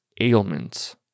ailments